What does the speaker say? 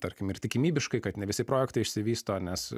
tarkim ir tikimybiškai kad ne visi projektai išsivysto nes